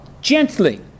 Gently